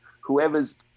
whoever's